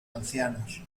ancianos